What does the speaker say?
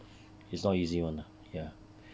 it's not easy [one] ah ya